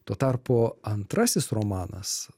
tuo tarpu antrasis romanas